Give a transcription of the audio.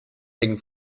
hängen